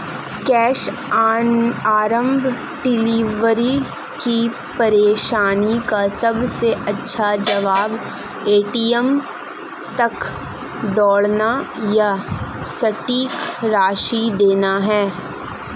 cash on delivery की परेशानी का सबसे अच्छा जवाब, ए.टी.एम तक दौड़ना या सटीक राशि देना है